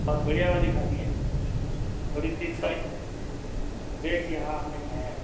अब बढ़िया वाली खानी है देख के हाँ हमने खाया है